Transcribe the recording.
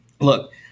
Look